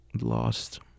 lost